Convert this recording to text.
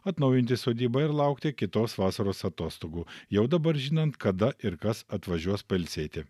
atnaujinti sodybą ir laukti kitos vasaros atostogų jau dabar žinant kada ir kas atvažiuos pailsėti